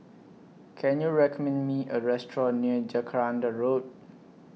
Can YOU recommend Me A Restaurant near Jacaranda Road